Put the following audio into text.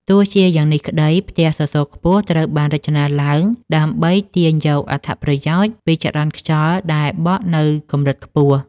ទោះជាយ៉ាងនេះក្ដី ផ្ទះសសរខ្ពស់ត្រូវបានរចនាឡើងដើម្បីទាញយកអត្ថប្រយោជន៍ពីចរន្តខ្យល់ដែលបក់នៅកម្រិតខ្ពស់